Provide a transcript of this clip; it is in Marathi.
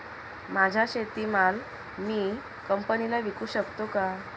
माझा शेतीमाल मी कंपनीला विकू शकतो का?